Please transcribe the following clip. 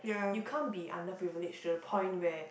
you can't be under privilege to the point where